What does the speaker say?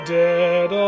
dead